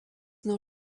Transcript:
nuo